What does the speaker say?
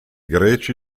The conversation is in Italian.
greci